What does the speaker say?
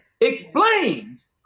explains